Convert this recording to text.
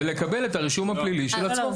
ולקבל את הרישום הפלילי של עצמו.